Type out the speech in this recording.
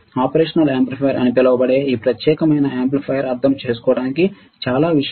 కార్యాచరణ యాంప్లిఫైయర్ అని పిలువబడే ఈ ప్రత్యేకమైన యాంప్లిఫైయర్ను అర్థం చేసుకోవడానికి చాలా విషయాలు